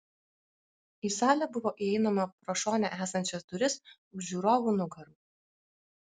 į salę buvo įeinama pro šone esančias duris už žiūrovų nugarų